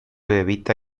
evita